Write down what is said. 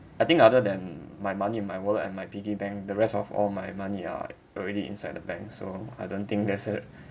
I think other than my money and my wallet and my piggy bank the rest of all my money are already inside the bank so I don't think there's a